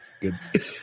Good